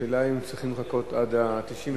השאלה היא, האם צריכים לחכות עד ה-99%?